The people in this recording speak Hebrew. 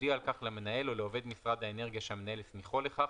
יודיע על כך למנהל או לעובד שמשרד האנרגיה שהמנהל הסמיכו לכך,